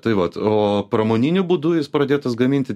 tai vat o pramoniniu būdu jis pradėtas gaminti